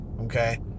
okay